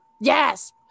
Yes